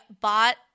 bought –